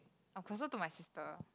I'm closer to my sister